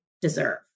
deserve